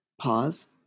pause